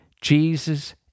Jesus